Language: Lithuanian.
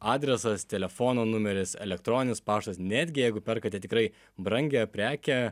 adresas telefono numeris elektroninis paštas netgi jeigu perkate tikrai brangią prekę